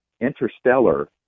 interstellar